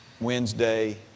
Wednesday